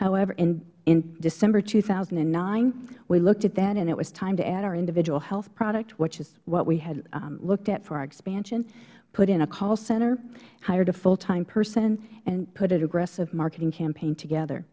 however in december two thousand and nine we looked at that and it was time to add our individual health product which is what we had looked at for our expansion put in a call center hired a full time person and put an aggressive marketing campaign together